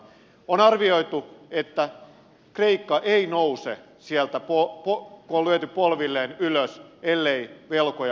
on arvioitu että kreikka ei nouse sieltä ylös kun se on lyöty polvilleen ellei velkoja uudelleenjärjestetä